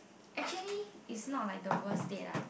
actually it's not like the worst date lah